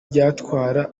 byatwara